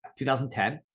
2010